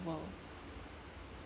world